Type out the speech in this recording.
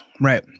Right